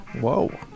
Whoa